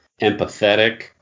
empathetic